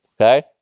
okay